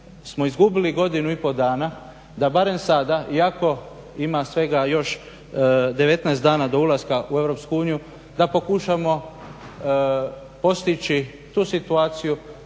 smo izgubili godinu i pol dana da barem sada, iako ima svega još 19 dana do ulaska u EU, da pokušamo postići tu situaciju